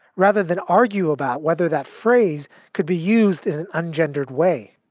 rather than argue about whether that phrase could be used in an ungendered way.